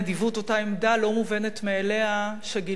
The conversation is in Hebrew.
אותה עמדה לא מובנת מאליה שגיליתם